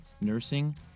nursing